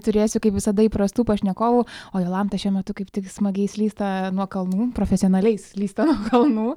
turėsiu kaip visada įprastų pašnekovų o jolanta šiuo metu kaip tik smagiai slysta nuo kalnų profesionaliai slysta nuo kalnų